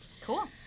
Cool